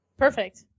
Perfect